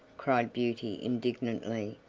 cried beauty indignantly.